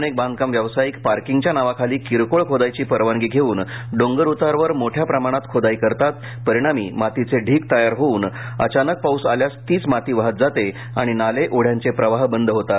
अनेक बांधकाम व्यावसायिक पार्किंगच्या नावाखाली किरकोळ खोदाईची परवानगी घेऊन डोंगर उतारावर मोठ्या प्रमाणात खोदाई करतात परिणामी मातीचे ढीग तयार होऊन अचानक पाऊस आल्यास तीच माती वाहत जाते आणि नाले ओढ्यांचे प्रवाह बंद होतात